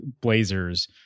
Blazers